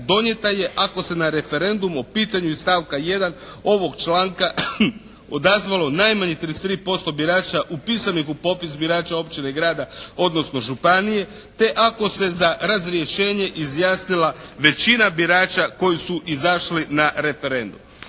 donijeta ako se na referendum o pitanju iz stavka 1. ovog članka odazvalo najmanje 33% birača upisanih u popis birača općine, grada, odnosno županije te ako se za razrješenje izjasnila većina birača koji su izašli na referendum.